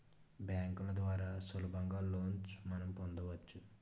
బ్యాంకుల ద్వారా సులభంగా లోన్స్ మనం పొందవచ్చు